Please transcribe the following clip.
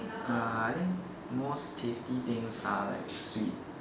uh I think most tasty things are like sweet